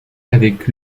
avec